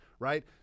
Right